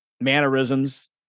mannerisms